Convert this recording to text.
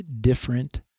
different